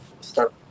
start